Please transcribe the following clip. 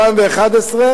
אף שהוא סמל,